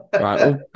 right